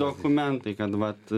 dokumentai kad vat